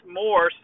more